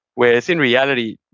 whereas in reality,